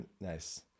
Nice